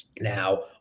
Now